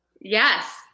Yes